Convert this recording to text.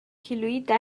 کیلوییده